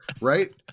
Right